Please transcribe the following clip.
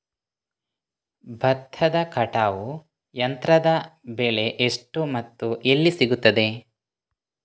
ಭತ್ತದ ಕಟಾವು ಯಂತ್ರದ ಬೆಲೆ ಎಷ್ಟು ಮತ್ತು ಎಲ್ಲಿ ಸಿಗುತ್ತದೆ?